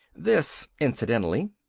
this, incidentally,